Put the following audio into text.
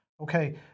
Okay